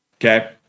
Okay